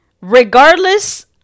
regardless